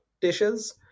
dishes